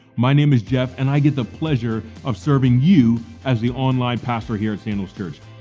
my name is jeff and i get the pleasure of serving you as the online pastor here at sandals church.